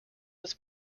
with